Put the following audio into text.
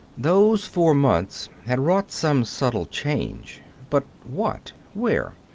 those four months had wrought some subtle change. but what? where?